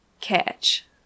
catch